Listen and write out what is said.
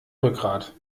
rückgrat